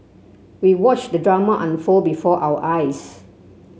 we watched the drama unfold before our eyes